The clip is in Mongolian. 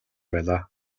байлаа